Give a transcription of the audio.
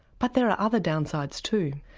but there are other downsides too.